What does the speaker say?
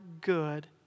good